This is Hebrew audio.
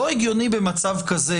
לא הגיוני במצב כזה,